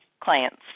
clients